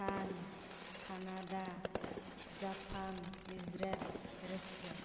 Bhutan Canada Japan Israel Russia